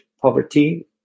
poverty